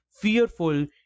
fearful